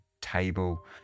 table